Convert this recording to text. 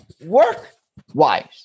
work-wise